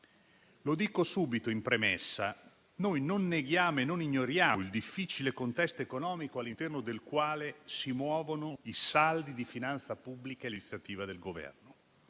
Lo dico subito in premessa: noi non neghiamo e non ignoriamo il difficile contesto economico all'interno del quale si muovono i saldi di finanza pubblica e l'iniziativa del Governo.